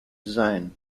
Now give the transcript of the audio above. design